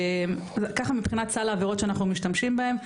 ככה מבחינת סל העבירות שאנחנו משתמשים בהם,